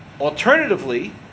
Alternatively